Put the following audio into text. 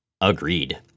Agreed